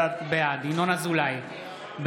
בעד ינון אזולאי,